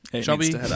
Shelby